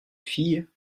fille